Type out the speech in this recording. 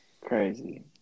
Crazy